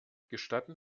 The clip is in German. gestatten